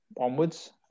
onwards